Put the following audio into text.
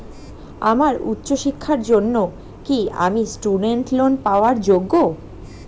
আমার উচ্চ শিক্ষার জন্য কি আমি স্টুডেন্ট লোন পাওয়ার যোগ্য?